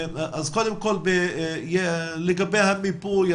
לגבי המיפוי,